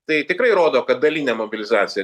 tai tikrai rodo kad dalinė mobilizacija